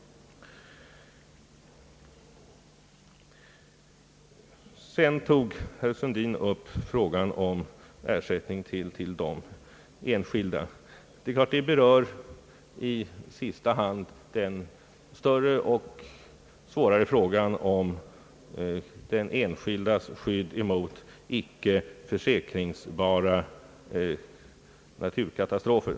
Vidare tog herr Sundin upp frågan om ersättning till de enskilda. Det berör i sista hand den större och svårare frågan om den enskildes skydd mot icke försäkringsbara naturkatastrofer.